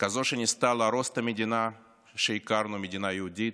כזו שניסתה להרוס את המדינה שהכרנו, מדינה יהודית,